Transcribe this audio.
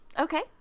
Okay